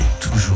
toujours